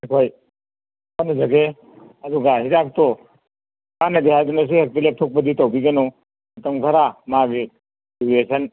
ꯑꯩꯈꯣꯏ ꯇꯥꯟꯅꯖꯒꯦ ꯑꯗꯨꯒ ꯍꯤꯗꯥꯛꯇꯣ ꯀꯥꯟꯅꯗꯦ ꯍꯥꯏꯗꯨꯅ ꯍꯦꯛꯇ ꯂꯦꯞꯊꯣꯛꯄꯗꯤ ꯇꯧꯕꯤꯒꯅꯨ ꯃꯇꯝ ꯈꯔ ꯃꯥꯒꯤ ꯔꯤꯑꯦꯛꯁꯟ